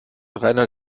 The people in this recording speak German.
rainer